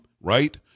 right